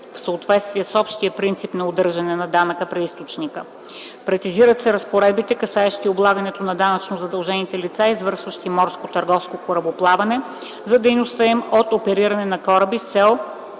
в съответствие с общия принцип на удържане на данъка при източника; - прецизират се разпоредбите, касаещи облагането на данъчно задължените лица, извършващи морско търговско корабоплаване, за дейността им от опериране на кораби с цел